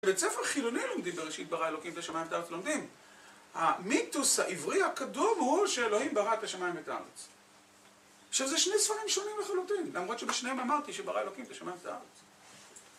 בבית ספר חילוני לומדים בראשית, ברא אלוקים את השמיים ואת הארץ, לומדים. המיתוס העברי הקדום הוא שאלוהים ברא את השמיים ואת הארץ. עכשיו זה שני ספרים שונים לחלוטין, למרות שבשניהם אמרתי שברא אלוקים את השמיים ואת הארץ.